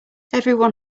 everyone